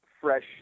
fresh